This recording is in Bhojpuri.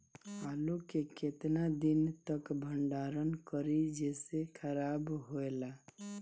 आलू के केतना दिन तक भंडारण करी जेसे खराब होएला?